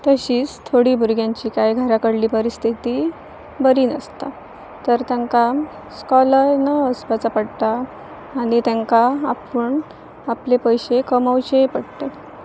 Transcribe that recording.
तशींच थोडीं भुरग्यांची कांय घराकडली परिस्थिती बरी नासता तर तांकां इस्कॉलाक न वचपाचो पडटा आनी तेंकां आपूण आपले पयशे कमवचेय पडटत